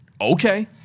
Okay